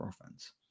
offense